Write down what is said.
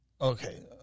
Okay